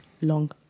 Long